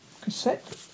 Cassette